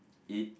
eat